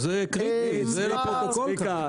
--- סגן שרת הכלכלה והתעשייה יאיר גולן: צביקה,